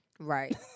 Right